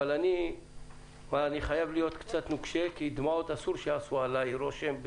אבל אני חייב להיות קצת נוקשה כי דמעות אסור שיעשו עליי רושם.